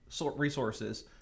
resources